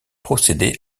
procéder